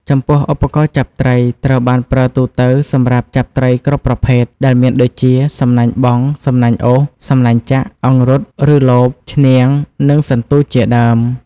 ចំពោះ ឧបករណ៍ចាប់ត្រី ត្រូវបានប្រើទូទៅ សម្រាប់ចាប់ត្រីគ្រប់ប្រភេទដែលមានដូចជា សំណាញ់បង់ សំណាញ់អូស សំណាញ់ចាក់ អង្រុតឬលប ឈ្នាង និងសន្ទួចជាដើម។